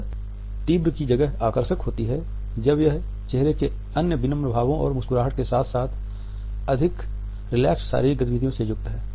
यह तीव्र की जगह आकर्षक होती है जब यह चेहरे के अन्य विनम्र भावो और मुस्कुराहट के साथ साथ अधिक रिलैक्स्ड शारीरिक गतिविधियों युक्त है